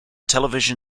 television